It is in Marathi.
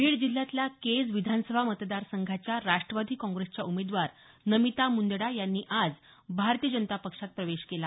बीड जिल्ह्यातल्या केज विधानसभा मतदार संघाच्या राष्टवादी काँग्रेसच्या उमेदवार नमिता मुंदडा यांनी आज भारतीय जनता पक्षात प्रवेश केला